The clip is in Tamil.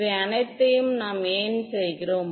இவை அனைத்தையும் நாம் ஏன் செய்கிறோம்